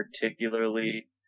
particularly